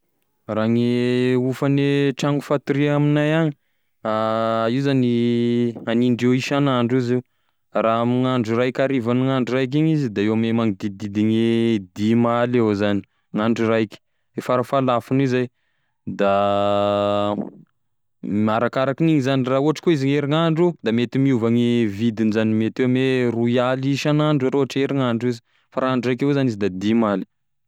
Raha gne hofane tragno fatoria amignay any, io zany hanindreo isanandro izy io raha amignandro raika harivagn'andro raika igny izy da eo ame magnodidididigne dimy aly eo zany gn'andro raiky gne farafahalafone zay da arakarakin'igny zany, raha ohatry koa izy gn'herignandro da mety miova gne vidiny zany mety eo ame roy aligny isagn'andro raha ohatry hoe herignandro izy fa raika aligna izy da dimy aly.